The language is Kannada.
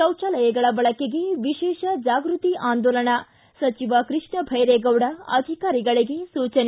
ಶೌಚಾಲಯಗಳ ಬಳಕೆಗೆ ವಿಶೇಷ ಜಾಗೃತಿ ಆಂದೋಲನ ಸಚಿವ ಕೃಷ್ಣ ಭೈರೇಗೌಡ ಅಧಿಕಾರಿಗಳಿಗೆ ಸೂಚನೆ